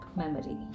memory